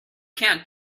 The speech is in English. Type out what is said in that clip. can’t